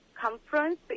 conference